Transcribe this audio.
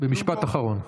במשפט אחרון.